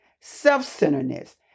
self-centeredness